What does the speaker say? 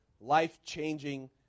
life-changing